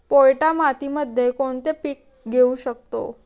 पोयटा मातीमध्ये कोणते पीक घेऊ शकतो?